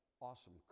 awesome